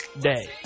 Day